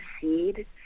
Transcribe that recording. seed